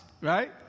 right